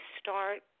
start